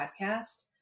Podcast